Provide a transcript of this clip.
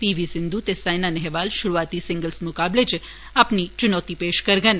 पी V Sindhu ते साइना नेहवाल शुरुआती सिंगल्स मुकाबले च अपनी चुनौती पेश करङन